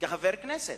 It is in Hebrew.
כחבר כנסת.